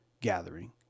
gathering